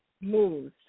moves